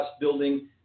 building